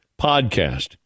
podcast